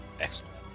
Excellent